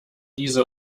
diese